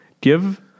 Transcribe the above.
give